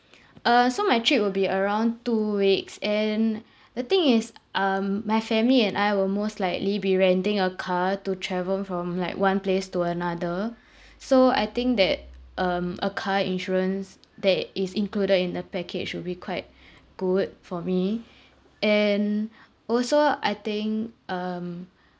uh so my trip will be around two weeks and the thing is um my family and I will most likely be renting a car to travel from like one place to another so I think that um a car insurance that is included in the package will be quite good for me and also I think um